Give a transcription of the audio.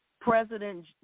President